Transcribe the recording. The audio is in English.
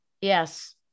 Yes